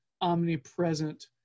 omnipresent